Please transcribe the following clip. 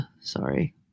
Sorry